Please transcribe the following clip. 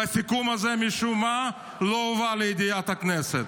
ומשום מה הסיכום הזה לא הובא לידיעת הכנסת.